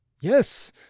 Yes